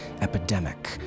epidemic